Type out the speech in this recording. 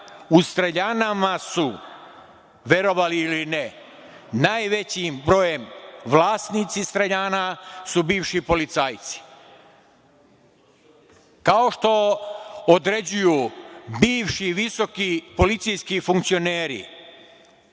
streljanama su verovali ili ne, najvećim brojem vlasnici streljana su bivši policajci. Kao što određuju bivši visoki policijski funkcioneri